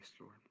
Lord